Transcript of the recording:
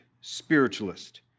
spiritualist